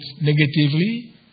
negatively